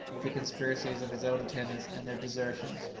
the conspiracies of his own attendants and their desertions,